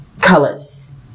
colors